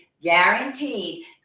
guaranteed